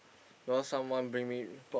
cause someone bring me repo~